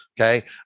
Okay